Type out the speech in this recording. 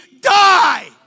die